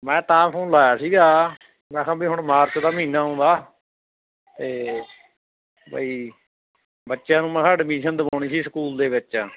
ਮੈਂ ਤਾਂ ਫੋਨ ਲਾਇਆ ਸੀਗਾ ਮੈਂ ਕਿਹਾ ਵੀ ਹੁਣ ਮਾਰਚ ਦਾ ਮਹੀਨਾ ਆਉਂਦਾ ਤਾਂ ਬਈ ਬੱਚਿਆਂ ਨੂੰ ਮਖਾਂ ਐਡਮਿਸ਼ਨ ਦਿਵਾਉਣੀ ਸੀ ਸਕੂਲ ਦੇ ਵਿੱਚ